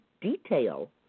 detail